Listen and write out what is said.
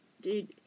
Dude